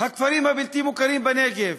הכפרים הבלתי-מוכרים בנגב.